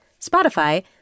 Spotify